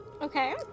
Okay